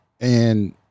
and-